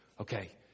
okay